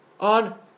on